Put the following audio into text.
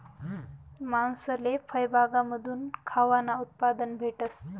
मानूसले फयबागमाथून खावानं उत्पादन भेटस